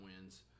wins